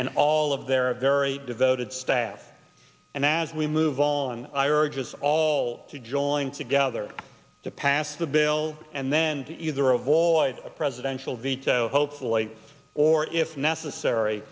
and all of their a very devoted staff and as we move on i urge all to join together to pass the bill and then to either avoid a presidential veto hopefully or if necessary